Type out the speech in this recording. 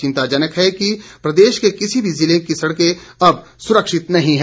चिंताजनक है कि प्रदेश के किसी भी जिले की सड़कें अब सुरक्षित नहीं है